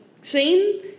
seen